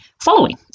following